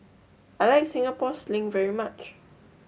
I like Singapore Sling very much